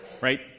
right